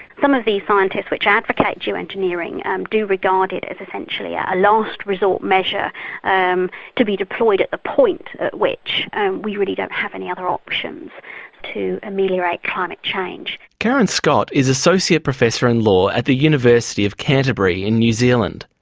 some of the scientists which advocate geo-engineering um do regard it as essentially yeah a last resort measure um to be deployed at the point at which we really don't have any other options to ameliorate climate change. karen scott is associate professor in law at the university of canterbury in new zealand.